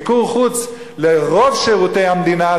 מיקור-חוץ לרוב שירותי המדינה,